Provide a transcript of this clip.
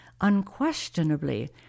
Unquestionably